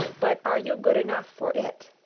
but are you good enough for it?